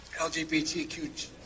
LGBTQ